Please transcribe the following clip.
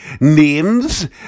names